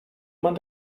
man